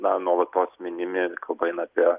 na nuolatos minimi ir kalba eina apie